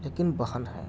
لیکن بہن ہیں